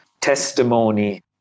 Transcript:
testimony